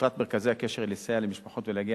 מטרת מרכזי הקשר לסייע למשפחות ולהגיע